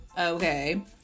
Okay